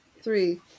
three